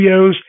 videos